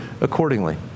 accordingly